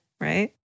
right